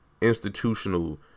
institutional